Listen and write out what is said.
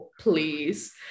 please